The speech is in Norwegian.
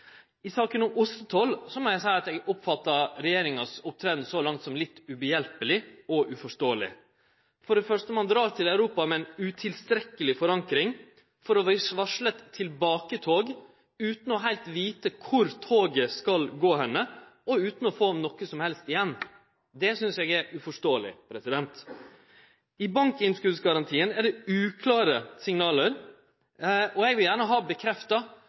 saka om ostetoll må eg seie at eg oppfattar framferda frå regjeringa så langt som litt hjelpelaus og uforståeleg. For det første drar ein til Europa med ei utilstrekkeleg forankring for å varsle eit tilbaketog, utan heilt å vite kor toget skal gå og utan å få noko som helst igjen. Det synest eg er uforståeleg. Når det gjeld bankinnskotsgarantien, er det uklare signal, og eg vil gjerne få bekrefta